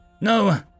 No